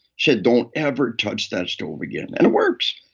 said don't ever touch that stove again. and it works.